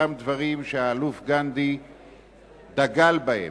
אותם דברים שהאלוף גנדי דגל בהם.